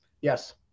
Yes